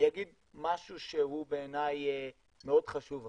אני אגיד משהו שהוא בעיניי מאוד חשוב עכשיו.